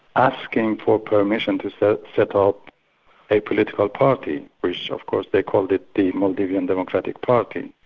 asking for permission to set set up a political party, which of course they called it the maldivian democratic party,